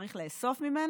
צריך לאסוף ממנה.